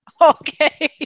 Okay